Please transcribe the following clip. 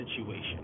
situation